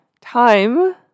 time